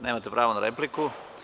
Nemate pravo na repliku.